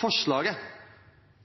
forslaget.